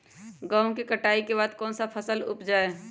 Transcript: गेंहू के कटाई के बाद कौन सा फसल उप जाए?